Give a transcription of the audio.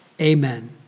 Amen